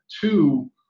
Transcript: Two